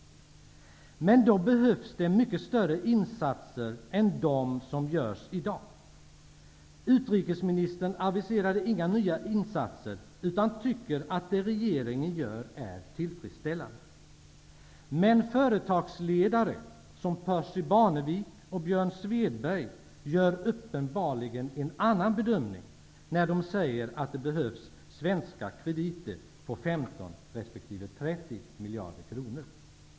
Men då behövs det mycket större insatser än vad som görs i dag. Utrikesministern aviserar inga nya insatser, utan tycker att det regeringen nu gör är tillfredsställande. Men företagsledare som Percy Barnevik och Björn Svedberg gör uppenbarligen en annan bedömning när de säger att det behövs svenska krediter på 15 resp. 30 miljarder kronor.